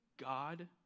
God